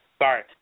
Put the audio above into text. sorry